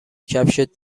کفشت